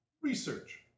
research